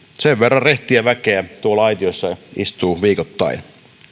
sen verran rehtiä väkeä tuolla aitiossa istuu viikoittain